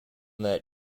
that